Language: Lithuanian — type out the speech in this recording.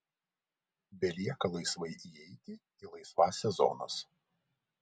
belieka laisvai įeiti į laisvąsias zonas